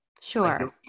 Sure